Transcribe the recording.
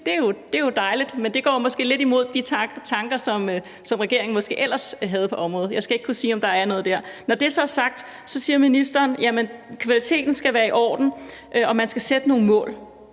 Det er jo dejligt, men det går måske lidt imod de tanker, som regeringen måske ellers havde på området; jeg skal ikke kunne sige, om der er noget dér. Når det så er sagt, siger ministeren: Kvaliteten skal være i orden, og man skal sætte nogle mål.